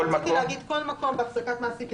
רציתי להגיד: "כל מקום בהחזקת מעסיק",